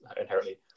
inherently